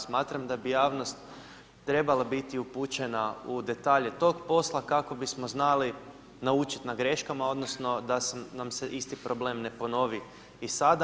Smatram da bi javnost trebala biti upućena u detalje tog posla kako bismo znali naučiti na greškama odnosno da nam se isti problem ne ponovi i sada.